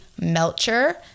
Melcher